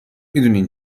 دونین